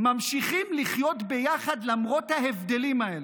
ממשיכים לחיות ביחד למרות ההבדלים האלה.